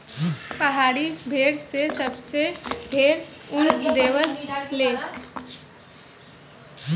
पहाड़ी भेड़ से सबसे ढेर ऊन देवे ले